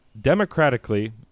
democratically